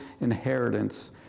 inheritance